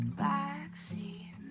backseat